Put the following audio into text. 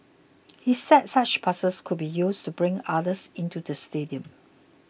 he said such passes could be used to bring others into the stadium